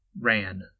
ran